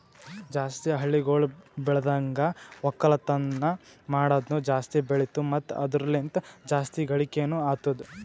ಜಾಸ್ತಿ ಹಳ್ಳಿಗೊಳ್ ಬೆಳ್ದನ್ಗ ಒಕ್ಕಲ್ತನ ಮಾಡದ್ನು ಜಾಸ್ತಿ ಬೆಳಿತು ಮತ್ತ ಅದುರ ಲಿಂತ್ ಜಾಸ್ತಿ ಗಳಿಕೇನೊ ಅತ್ತುದ್